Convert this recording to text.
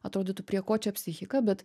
atrodytų prie ko čia psichika bet